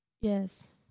Yes